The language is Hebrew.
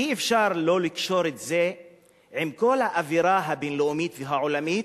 אי-אפשר שלא לקשור את זה עם כל האווירה הבין-לאומית והעולמית,